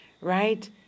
right